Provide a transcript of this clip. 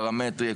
פרמטרי,